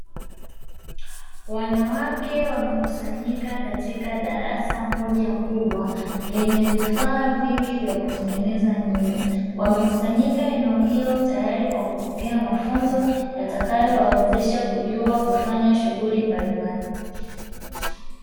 Wanawake wamekusanyika katika darasa moja kubwa, lenye vifaa vingi vya kutengeneza nywele. Wamekusanyika eneo hilo, tayari kwa kupokea mafunzo yatakayowawezesha kujua kufanya shughuli mbalimbali.